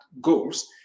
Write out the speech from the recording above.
goals